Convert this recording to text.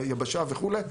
מהיבשה וכולי.